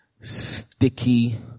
Sticky